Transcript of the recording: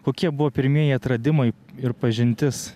kokie buvo pirmieji atradimai ir pažintis